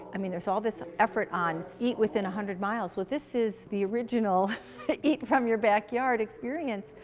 i mean there is all this effort on eat within a hundred miles. well this is the original eat from your backyard experience.